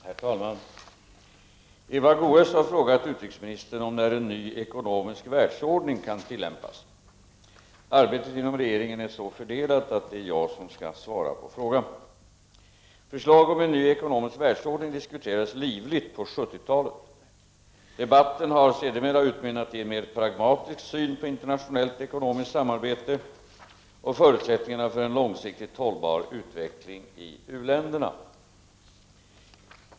Herr talman! Eva Goés har frågat utrikesministern om när en ny ekonomisk världsordning kan tillämpas. Arbetet inom regeringen är så fördelat att det är jag som skall svara på frågan. Förslag om en ny ekonomisk världsordning diskuterades livligt på 70-talet. Debatten har sedermera utmynnat i en mer pragmatisk syn på internationellt ekonomiskt samarbete och förutsättningarna för en långsiktigt hållbar utveckling i u-länderna.